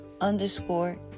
underscore